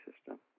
system